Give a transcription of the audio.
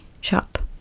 shop